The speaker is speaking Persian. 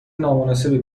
نامناسبی